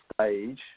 stage